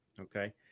okay